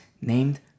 named